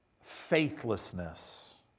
faithlessness